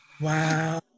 Wow